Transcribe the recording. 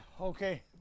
Okay